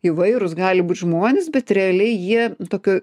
įvairūs gali būt žmonės bet realiai jie tokio